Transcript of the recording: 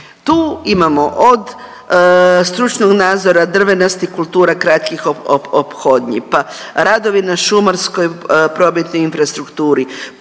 tu imamo od stručnog nadzora, drvenastih kultura, kratkih ophodnji, pa radovi na šumarskoj prometnoj infrastrukturi,